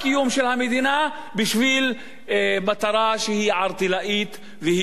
בשביל מטרה שהיא ערטילאית והיא לא מקובלת.